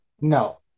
No